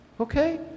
Okay